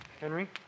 Henry